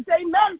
Amen